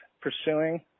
pursuing